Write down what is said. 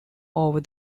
over